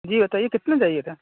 جی بتائیے کتنا چاہیے تھا